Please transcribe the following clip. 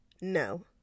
No